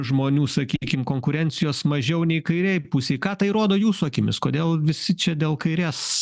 žmonių sakykim konkurencijos mažiau nei kairėj pusėj ką tai rodo jūsų akimis kodėl visi čia dėl kairės